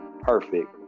perfect